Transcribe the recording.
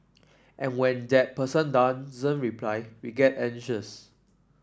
and when that person doesn't reply we get anxious